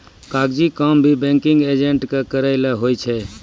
कागजी काम भी बैंकिंग एजेंट के करय लै होय छै